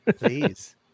Please